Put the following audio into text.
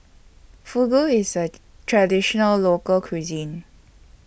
Fugu IS A Traditional Local Cuisine